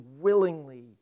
willingly